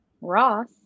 Ross